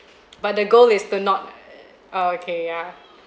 but the goal is to not err oh okay yeah